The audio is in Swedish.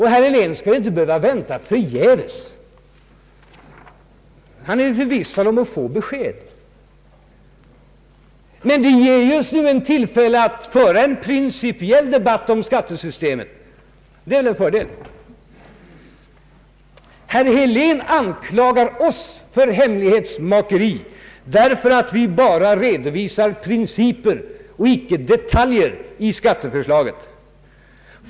Herr Helén skall inte behöva vänta förgäves, han kan vara förvissad om att få besked. Men det ges just nu ett tillfälle att föra en principiell debatt om skattesystemet, och det är väl en fördel. Herr Helén anklagar oss för hemlighetsmakeri därför att vi bara redovisar principer och icke detaljer i skatteförslaget.